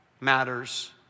matters